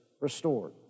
restored